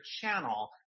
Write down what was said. channel